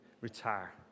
retire